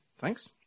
thanks